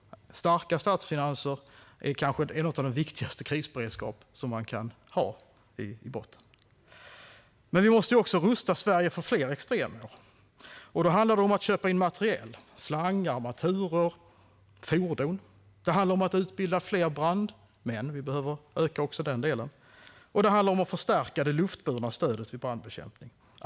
Starka statsfinanser är kanske den viktigaste krisberedskap man kan ha i botten. Men vi måste också rusta Sverige för fler extremer. Då handlar det om att köpa in materiel som slangarmatur och fordon. Det handlar om att utbilda fler brandmän - vi behöver utöka också den delen - och om att förstärka det luftburna stödet vid brandbekämpning.